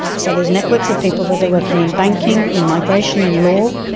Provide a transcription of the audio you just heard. so there's networks of people whether working in banking, in migration, in law,